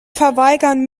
verweigern